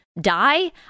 die